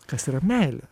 kas yra meilė